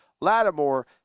Lattimore